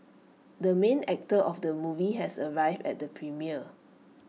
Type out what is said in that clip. the main actor of the movie has arrived at the premiere